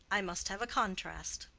i must have a contrast.